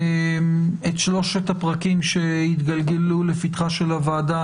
את שלושת הפרקים שהתגלגלו לפתחה של הוועדה,